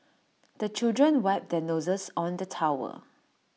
the children wipe their noses on the towel